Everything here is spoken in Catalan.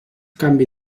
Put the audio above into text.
canvi